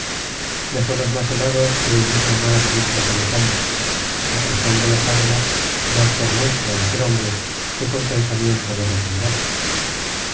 dejónos más helados que el mismo mar vista semejante aprestando las armas más por muestra de ser hombres que con pensamiento de defenderse